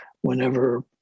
whenever